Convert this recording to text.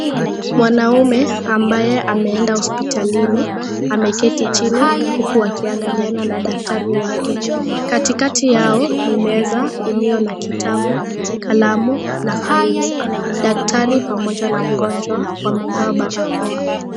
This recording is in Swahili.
Mwanaume ambaye ameenda hospitalini ameketi chini huku akiangaliana na daktari wake. Katikati yao ni meza iliyo na kitabu, kalamu na faili. Daktari pamoja na mgonjwa wamevaa barakoa.